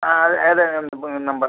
ಹಾಂ ಅದೆ num number